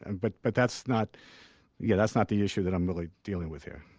and but but that's not yeah that's not the issue that i'm really dealing with here.